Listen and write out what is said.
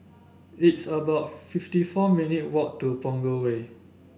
it's about fifty four minute walk to Punggol Way